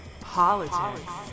politics